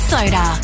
Soda